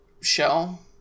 shell